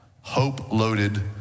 hope-loaded